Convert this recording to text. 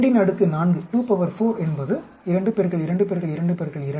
எனவே 24 என்பது 2 2 2 2